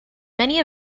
many